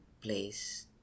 place